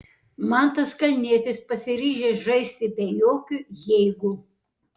mantas kalnietis pasiryžęs žaisti be jokių jeigu